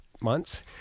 months